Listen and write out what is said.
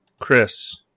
Chris